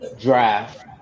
draft